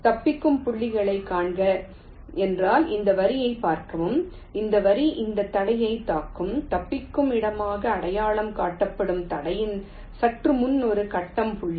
தப்பிக்கும் புள்ளிகளைக் காண்க என்றால் இந்த வரியைப் பார்க்கவும் இந்த வரி இந்த தடையைத் தாக்கும் தப்பிக்கும் இடமாக அடையாளம் காணப்பட்ட தடையின் சற்று முன் ஒரு கட்டம் புள்ளி